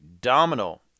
domino